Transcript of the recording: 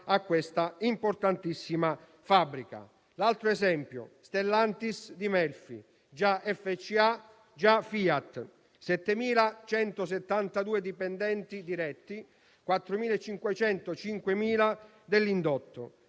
a questa importantissima fabbrica. L'altro esempio è Stellantis di Melfi, già FCA, già Fiat: 7.172 dipendenti diretti, 4.505 dell'indotto.